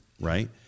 right